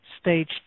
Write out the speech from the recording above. Stage